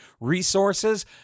resources